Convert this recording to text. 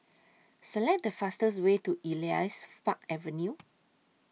Select The fastest Way to Elias Fark Avenue